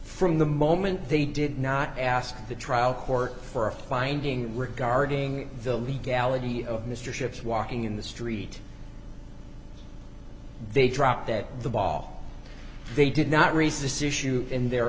from the moment they did not ask the trial court for a finding regarding the legality of mr ships walking in the street they dropped that the ball they did not resist issue in their